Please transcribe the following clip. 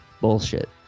bullshit